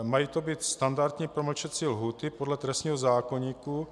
Mají to být standardní promlčecí lhůty podle trestního zákoníku.